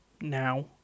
now